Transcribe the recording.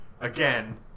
Again